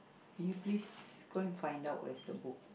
can you please go and find out where is the book